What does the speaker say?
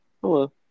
Hello